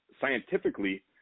scientifically